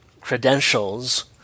credentials